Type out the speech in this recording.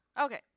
Okay